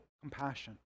compassion